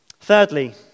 Thirdly